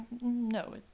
No